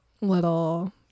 little